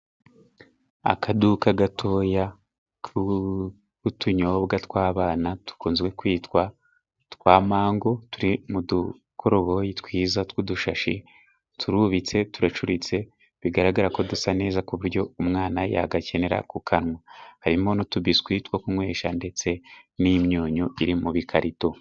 Akaduka gatoya k'utunyobwa tw'abana dukunzwe kwitwa twa mango turi mu dukoroboyi twiza tw'udushashi, turubitse turacuritse, bigaragara ko dusa neza ku buryo umwana yagakenera ku kanywa, harimo n'utubiswi two kunywesha ndetse n'imyunyu iri mu bikarito.